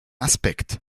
aspekt